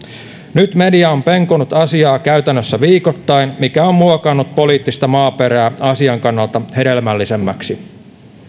nyt media on penkonut asiaa käytännössä viikoittain mikä on muokannut poliittista maaperää asian kannalta hedelmällisemmäksi